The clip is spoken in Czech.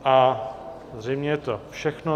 A zřejmě je to všechno.